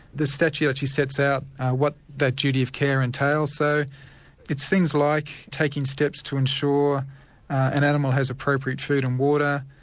the statute actually sets out what that duty of care entails, so it's things like taking steps to ensure an animal has appropriate food and water,